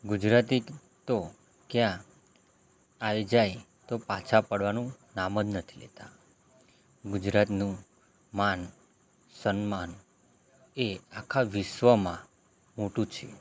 ગુજરાતી તો ક્યાં આવ્યે જાય તો પાછા પડવાનું નામ જ નથી લેતા ગુજરાતનું માન સન્માન એ આખા વિશ્વમાં મોટું છે